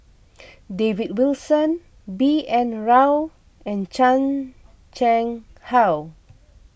David Wilson B N Rao and Chan Chang How